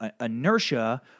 inertia